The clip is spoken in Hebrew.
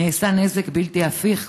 נעשה נזק בלתי הפיך.